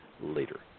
later